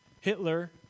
Hitler